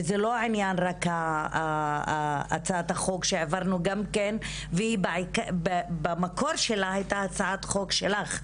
וזה לא רק הצעת החוק שהעברנו ושבמקור שלה הייתה הצעת חוק שלך,